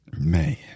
Man